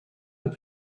and